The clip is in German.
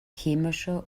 chemische